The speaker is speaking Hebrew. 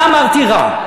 מה אמרתי רע?